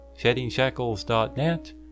SheddingShackles.net